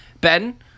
Ben